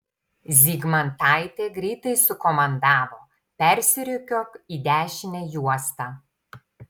zygmantaitė greitai sukomandavo persirikiuok į dešinę juostą